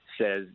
says